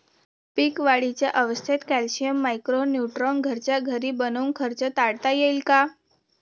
पीक वाढीच्या अवस्थेत calcium, micro neutron घरच्या घरी बनवून खर्च टाळता येईल का?